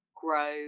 grow